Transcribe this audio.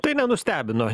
tai nenustebino